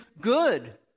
good